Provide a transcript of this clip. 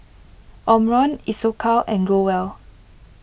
Omron Isocal and Growell